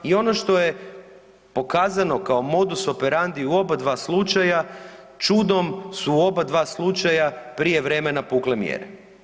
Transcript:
I ono što je pokazano kao modus operandi u oba dva slučaja čudom su oba dva slučaja prijevremena pukle mjere.